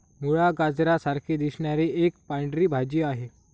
मुळा, गाजरा सारखी दिसणारी एक पांढरी भाजी आहे